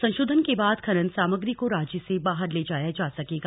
संसोधन के बाद खनन सामग्री को राज्य से बाहर ले जाया जा सकेगा